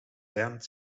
band